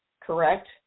correct